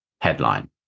headline